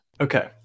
Okay